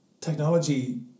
Technology